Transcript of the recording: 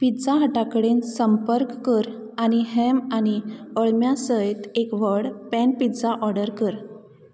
pizza हटाकडेन संपर्क कर आनी हॅम आनी अळम्यांसयत एक व्हड पॅन पिज्जा ऑडर कर